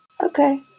okay